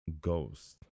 Ghost